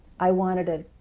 i wanted